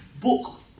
book